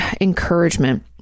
encouragement